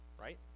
right